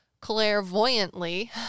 clairvoyantly